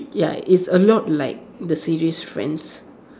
ya it's a lot like the series friends